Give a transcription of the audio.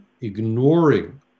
ignoring